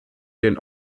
den